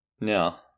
Now